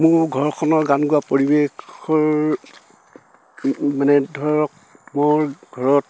মোৰ ঘৰখনৰ গান গোৱা পৰিৱেশৰ মানে ধৰক মোৰ ঘৰত